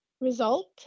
result